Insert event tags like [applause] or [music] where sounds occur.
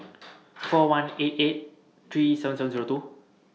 [noise] four one four eight eight three seven seven Zero two